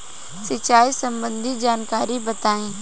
सिंचाई संबंधित जानकारी बताई?